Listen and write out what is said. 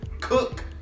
cook